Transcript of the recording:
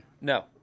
no